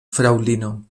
fraŭlino